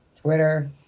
Twitter